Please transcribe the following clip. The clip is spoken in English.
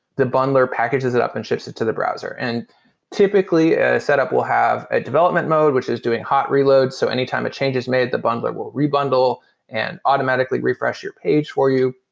the bundler packages it up and ships it to the browser and typically, a set up will have a development mode, which is doing hot reload, so anytime a change is made, the bundler will rebundle and automatically refresh your page for you.